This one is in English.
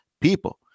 people